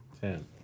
ten